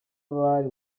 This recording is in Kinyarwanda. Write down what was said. bari